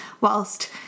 whilst